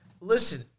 Listen